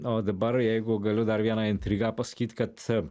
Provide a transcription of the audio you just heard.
o dabar jeigu galiu dar vieną intrigą pasakyt kad